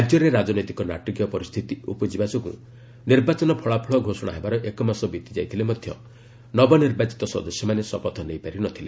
ରାଜ୍ୟରେ ରାଜନୈତିକ ନାଟକୀୟ ପରିସ୍ଥିତି ଉପୁଜିବା ଯୋଗୁଁ ନିର୍ବାଚନ ଫଳାଫଳ ଘୋଷଣା ହେବାର ଏକ ମାସ ବିତିଯାଇଥିଲେ ମଧ୍ୟ ନବନିର୍ବାଚିତ ସଦସ୍ୟମାନେ ଶପଥ ନେଇପାରି ନ ଥିଲେ